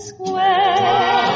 Square